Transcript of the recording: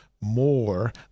more